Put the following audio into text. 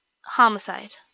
homicide